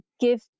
give